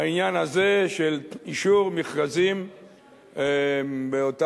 העניין הזה של אישור מכרזים באותן